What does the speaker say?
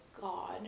God